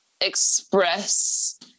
express